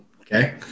Okay